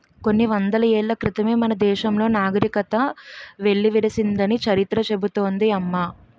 కొన్ని వందల ఏళ్ల క్రితమే మన దేశంలో నాగరికత వెల్లివిరిసిందని చరిత్ర చెబుతోంది అమ్మ